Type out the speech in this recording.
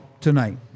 tonight